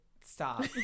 stop